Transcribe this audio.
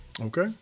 Okay